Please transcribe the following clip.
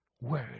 word